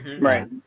Right